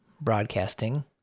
broadcasting